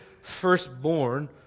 firstborn